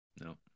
No